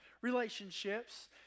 relationships